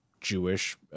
jewish